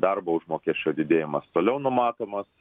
darbo užmokesčio didėjimas toliau numatomas